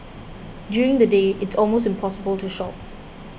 during the day it's almost impossible to shop